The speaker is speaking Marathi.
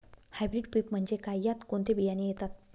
हायब्रीड पीक म्हणजे काय? यात कोणते बियाणे येतात?